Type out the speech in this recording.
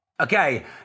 Okay